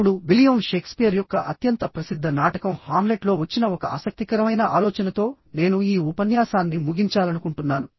ఇప్పుడు William Shakespeare యొక్క అత్యంత ప్రసిద్ధ నాటకం హామ్లెట్ లో వచ్చిన ఒక ఆసక్తికరమైన ఆలోచనతో నేను ఈ ఉపన్యాసాన్ని ముగించాలనుకుంటున్నాను